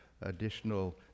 additional